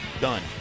done